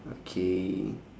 okay